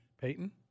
Peyton